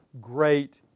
great